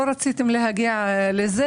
לא רציתם להגיע לזה.